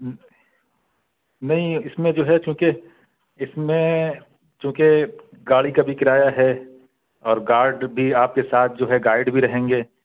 نہیں اس میں جو ہے چونکہ اس میں چونکہ گاڑی کا بھی کرایہ ہے اور گارڈ بھی آپ کے ساتھ جو ہے گائڈ بھی رہیں گے